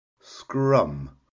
scrum